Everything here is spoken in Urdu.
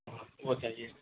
وہ چاہیے